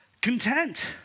content